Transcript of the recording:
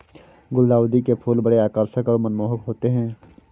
गुलदाउदी के फूल बड़े आकर्षक और मनमोहक होते हैं